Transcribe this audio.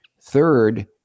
Third